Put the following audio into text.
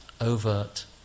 Overt